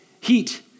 heat